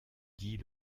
dis